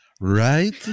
Right